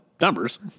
numbers